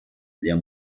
sehr